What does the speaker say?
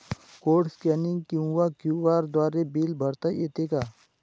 Code scanning किंवा QR द्वारे bill भरता येते का?